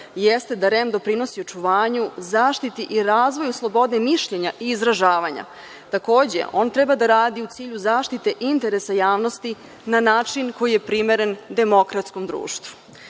jeste da REM doprinosi očuvanju, zaštiti i razvoju slobode mišljenja i izražavanja. Takođe, on treba da radi u cilju zaštite interesa javnosti na način koji je primeren demokratskom društvu. Takođe,